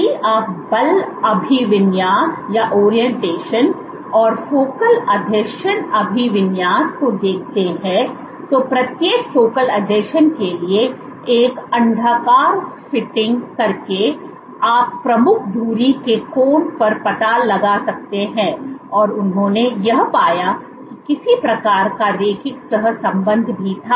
यदि आप बल अभिविन्यास और फोकल आसंजन अभिविन्यास को देखते हैं तो प्रत्येक फोकल आसंजन के लिए एक अंडाकार फिटिंग करके आप प्रमुख धुरी के कोण का पता लगा सकते हैं और उन्होंने यह पाया कि किसी प्रकार का रैखिक सहसंबंध भी था